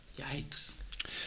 Yikes